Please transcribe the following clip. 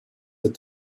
that